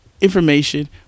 information